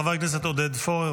חבר הכנסת עודד פורר,